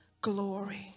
glory